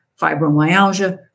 fibromyalgia